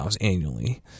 annually